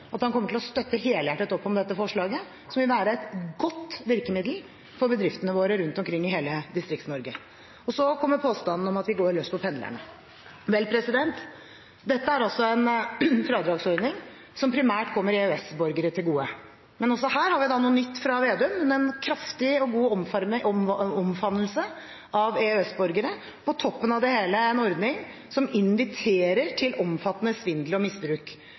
at han kommer til å støtte helhjertet opp om dette forslaget, som vil være et godt virkemiddel for bedriftene våre rundt omkring i hele Distrikts-Norge. Så kommer påstanden om at vi går løs på pendlerne. Vel, dette er altså en fradragsordning som primært kommer EØS-borgere til gode. Men også her har vi da noe nytt fra Slagsvold Vedum, en kraftig og god omfavnelse av EØS-borgere, og på toppen av det hele en ordning som inviterer til omfattende svindel og misbruk.